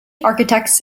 architects